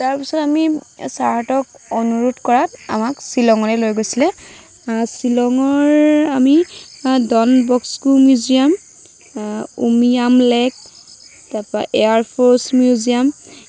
তাৰপিছত আমি ছাৰহঁতক অনুৰোধ কৰাত আমাক শ্বিলঙলৈ লৈ গৈছিলে শ্বিলঙৰ আমি Don Bosco museum Umiam lake তাৰপৰা এয়াৰফৰ্চ মিউজিয়াম